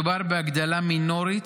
מדובר בהגדלה מינורית,